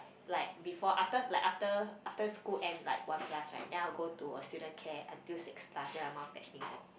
like before after like after after school end like one plus right then I will go to a student care until six plus then my mum fetch me home